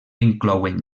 inclouen